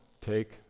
take